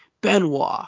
benoit